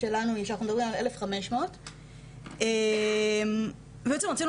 שלנו כשאנחנו מדברים על 1,500. בעצם רצינו